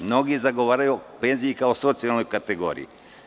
Mnogi govore o penziji kao socijalnoj kategoriji.